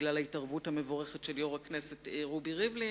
בגלל ההתערבות המבורכת של יושב-ראש הכנסת רובי ריבלין,